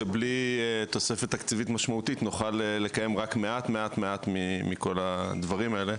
שבלי תוספת תקציבית משמעותית נוכל לקיים רק מעט מעט מכל הדברים האלה.